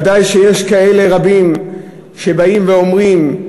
ודאי שיש רבים כאלה שבאים ואומרים: